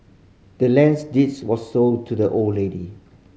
the land's deeds was sold to the old lady